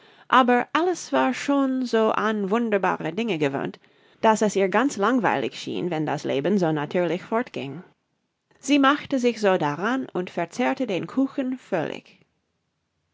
aber alice war schon so an wunderbare dinge gewöhnt daß es ihr ganz langweilig schien wenn das leben so natürlich fortging sie machte sich also daran und verzehrte den kuchen völlig